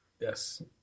yes